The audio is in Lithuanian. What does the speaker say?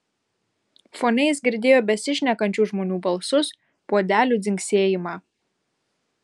fone jis girdėjo besišnekančių žmonių balsus puodelių dzingsėjimą